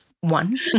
One